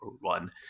one